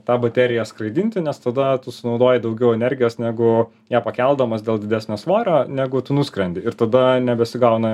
tą bateriją skraidinti nes tada tu sunaudoji daugiau energijos negu ją pakeldamas dėl didesnio svorio negu tu nuskrendi ir tada nebesigauna